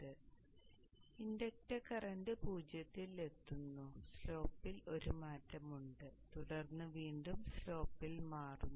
അതിനാൽ inductor current 0 ൽ എത്തുന്നു സ്ലോപ്പിൽ ഒരു മാറ്റമുണ്ട് തുടർന്ന് വീണ്ടും സ്ലോപ്പിൽ മാറുന്നു